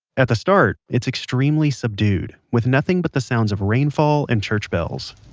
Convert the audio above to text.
at the start, it's extremely subdued, with nothing but the sounds of rainfall and church bells